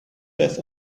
death